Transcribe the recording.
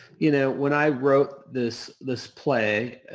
you know when i wrote this this play,